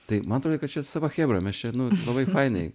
tai man atrodė kad čia sava chebra mes čia nu labai fainai